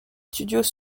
studios